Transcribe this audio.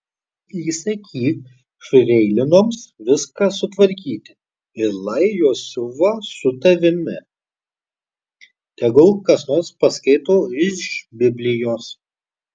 įsakyk freilinoms viską sutvarkyti ir lai jos siuva su tavimi tegul kas nors paskaito iš biblijos